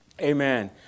Amen